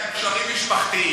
על פתח-תקווה,